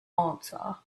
answer